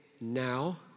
now